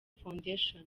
foundation